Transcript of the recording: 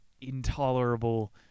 intolerable